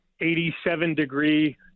87-degree